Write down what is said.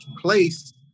place